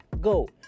go